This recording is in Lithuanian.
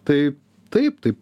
tai taip taip